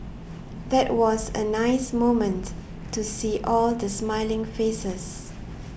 that was a nice moment to see all the smiling faces